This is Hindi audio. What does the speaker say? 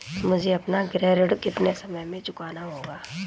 मुझे अपना गृह ऋण कितने समय में चुकाना होगा?